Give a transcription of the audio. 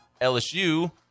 LSU